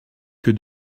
que